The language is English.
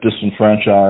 disenfranchised